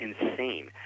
insane